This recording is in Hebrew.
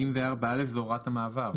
64א זו הוראת המעבר.